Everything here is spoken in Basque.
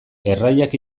erraiak